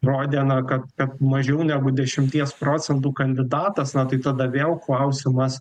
rodė na kad kad mažiau negu dešimties procentų kandidatas na tai tada vėl klausimas